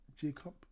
Jacob